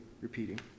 repeating